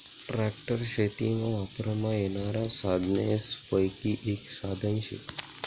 tractor शेतीमा वापरमा येनारा साधनेसपैकी एक साधन शे